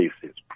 places